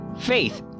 Faith